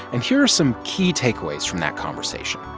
and here are some key takeaways from that conversation